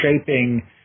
shaping